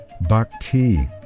bhakti